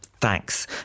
Thanks